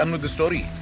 um with the story?